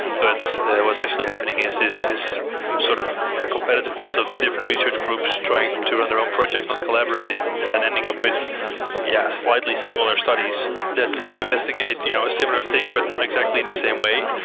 but what's actually happening is this sort of competitiveness of different research groups trying to run their own projects, not collaborating and then ending up with yeah, slightly similar studies that investigate you know a similar thing, but not exactly in the same way.